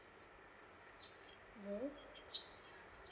mm